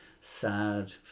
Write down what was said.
Sad